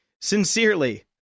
Sincerely